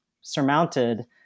surmounted